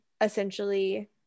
essentially